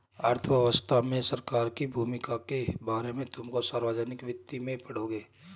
अर्थव्यवस्था में सरकार की भूमिका के बारे में तुम सार्वजनिक वित्त में पढ़ोगे